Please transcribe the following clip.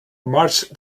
march